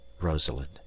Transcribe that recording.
Rosalind